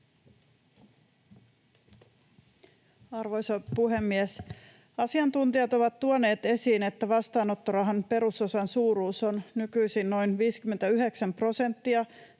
Arvoisa puhemies! Asiantuntijat ovat tuoneet esiin, että vastaanottorahan perusosan suuruus on nykyisin noin 59 prosenttia